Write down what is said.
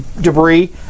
debris